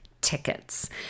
tickets